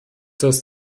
das